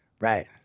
Right